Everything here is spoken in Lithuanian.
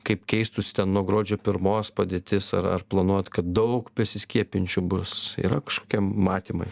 kaip keistųs nuo gruodžio pirmos padėtis ar ar planuojat kad daug besiskiepijančių bus yra kažkokie matymai